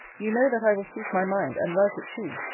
you know that i will speak my mind, and write it too.